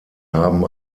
haben